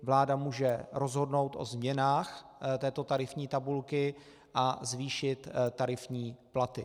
Vláda může rozhodnout o změnách této tarifní tabulky a zvýšit tarifní platy.